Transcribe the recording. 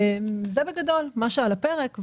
זה בגדול מה שעל הפרק.